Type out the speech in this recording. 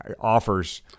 offers